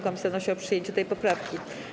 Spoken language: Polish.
Komisja wnosi o przyjęcie tej poprawki.